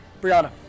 Brianna